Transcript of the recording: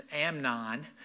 Amnon